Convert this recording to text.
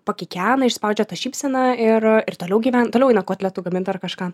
pakikena išspaudžia tą šypseną ir ir toliau gyven toliau eina kotletų gamint ar kažką